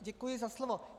Děkuji za slovo.